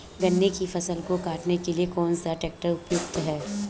गन्ने की फसल को काटने के लिए कौन सा ट्रैक्टर उपयुक्त है?